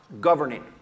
governing